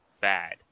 bad